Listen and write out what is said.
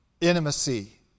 intimacy